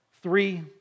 three